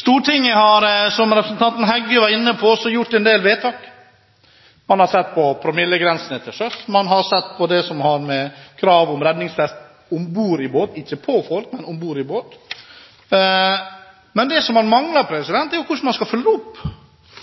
Stortinget har, som representanten Heggø var inne på, også fattet en del vedtak. Man har satt en promillegrense til sjøs, man har satt krav om redningsvest om bord i båt – ikke på folk, men om bord i båt. Det en mangler, er hvordan man skal følge det opp. Det er spesielt å si at vi innfører en promillegrense til sjøs, men de som skal